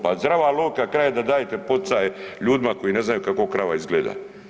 Pa zdrava logika kaže da dajete poticaje ljudima koji ne znaju kako krava izgleda.